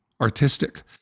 artistic